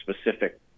specific